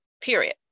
period